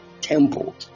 temple